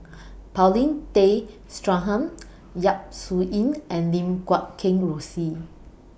Paulin Tay Straughan Yap Su Yin and Lim Guat Kheng Rosie